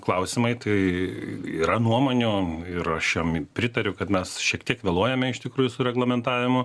klausimai tai yra nuomonių ir aš jom pritariu kad mes šiek tiek vėluojame iš tikrųjų su reglamentavimu